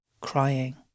crying